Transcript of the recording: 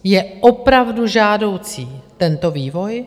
Je opravdu žádoucí tento vývoj?